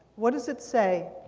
what does it say?